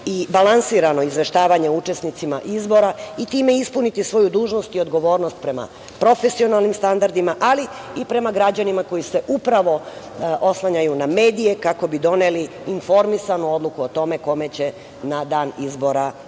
i balansirano izveštavanje učesnicima izbora i time ispuniti svoju dužnost i odgovornost prema profesionalnim standardima, ali i prema građanima koji se upravo oslanjaju na medije kako bi doneli informisanu odluku o tome kome će na dan izbora dati